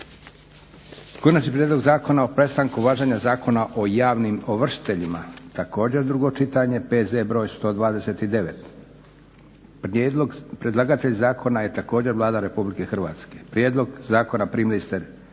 Konačni prijedlog zakona o prestanku važenja Zakona o javnim ovršiteljima, drugo čitanje, P.Z. br. 129. Predlagatelj zakona je također Vlada Republike Hrvatske. Prijedlog zakona primili ste